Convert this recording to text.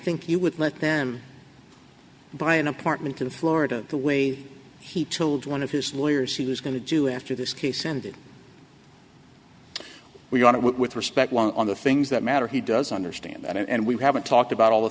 think you would let them buy an apartment in florida the way he told one of his lawyers he was going to do after this case ended we want to work with respect one on the things that matter he does understand that and we haven't talked about all the